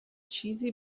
چیزی